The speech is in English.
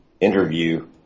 interview